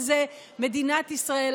לא משנה מה המחיר שמשלמת על זה מדינת ישראל,